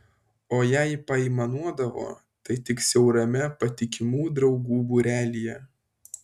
o jei paaimanuodavo tai tik siaurame patikimų draugų būrelyje